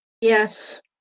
yes